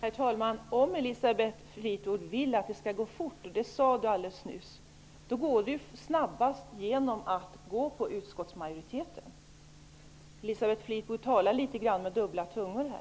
Herr talman! Om Elisabeth Fleetwood vill att det skall gå fort, och det sade hon alldeles nyss, vill jag peka på att det går snabbast om vi stödjer utskottsmajoritetens förslag. Elisabeth Fleetwood talar här litet grand med dubbla tungor.